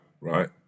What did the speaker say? right